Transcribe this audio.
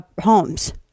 homes